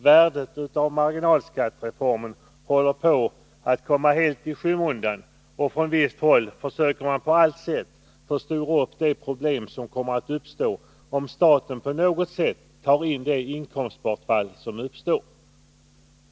Värdet av marginalskattereformen håller på att komma helt i skymundan, och från visst håll försöker man på allt sätt att förstora upp de problem som kommer att uppstå, om staten på något sätt tar in det inkomstbortfall som uppkommer.